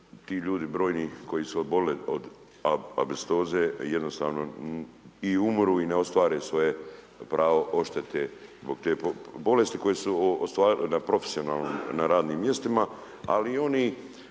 ti ljudi brojni koji su oboljeli od azbestoze jednostavno i umru i ne ostvare svoje pravo odštete od te bolesti na radnim mjestima. Ali i oni